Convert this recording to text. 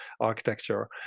architecture